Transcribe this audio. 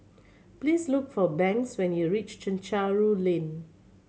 please look for Banks when you reach Chencharu Lane